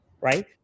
right